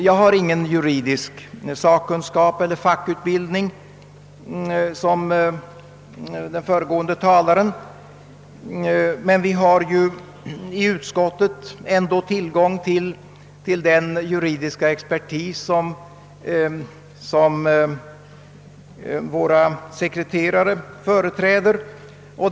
Jag har ingen juridisk sakkunskap eller fackutbildning såsom den föregående talaren, men vi har ju i utskottet tillgång till den juridiska expertis som våra sekreterare företräder.